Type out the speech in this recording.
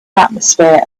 atmosphere